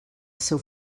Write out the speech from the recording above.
seu